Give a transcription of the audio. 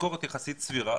למשכורת יחסית סבירה,